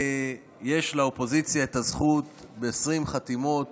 יש לאופוזיציה את הזכות ב-20 חתימות